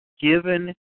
given